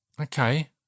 Okay